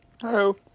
Hello